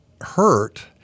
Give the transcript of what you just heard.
hurt